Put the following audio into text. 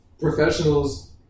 professionals